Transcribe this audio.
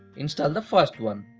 install the first one,